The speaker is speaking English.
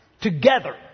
together